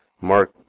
Mark